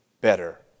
better